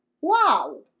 wow